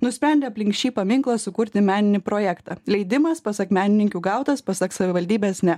nusprendė aplink šį paminklą sukurti meninį projektą leidimas pasak menininkių gautas pasak savivaldybės ne